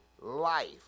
life